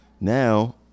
now